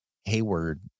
Hayward